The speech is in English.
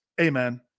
amen